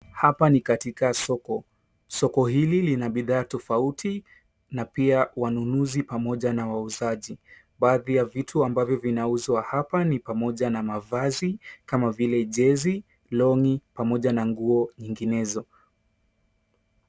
Hapa ni katika soko. Soko hili lina bidhaa tofauti na pia wanunuzi pamoja na wauzaji. Baadhi ya vitu ambavyo vinauzwa hapa ni pamoja na mavazi kama vile jezi, long'i pamoja na nguo nyinginezo.